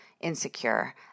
insecure